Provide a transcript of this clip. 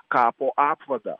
kapo apvadą